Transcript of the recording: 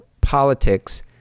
politics